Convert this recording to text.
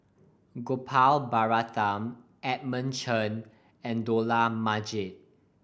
Gopal Baratham Edmund Chen and Dollah Majid